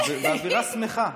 אני באווירה שמחה.